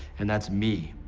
and that's me.